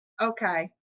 Okay